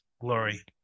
glory